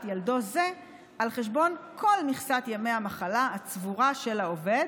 ילדו זה על חשבון כל מכסת ימי המחלה הצבורה של העובד,